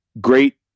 great